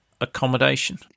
accommodation